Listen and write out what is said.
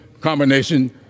combination